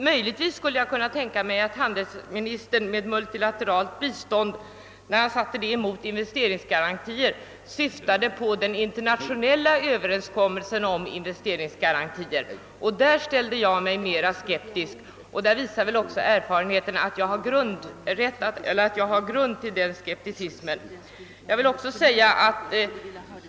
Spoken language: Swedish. Möjligen skulle jag kunna tänka mig att handelsministern, när han satte det multilaterala biståndet mot investeringsgarantier, syftade på den internationella överenskommelsen om investeringsgarantier. I det fallet ställde jag mig skeptisk, och erfarenheten visar att jag har grund för en sådan skepsis.